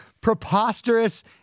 preposterous